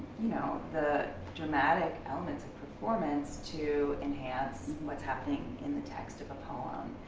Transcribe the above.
you know the dramatic elements of performance to enhance what's happening in the text of a poem.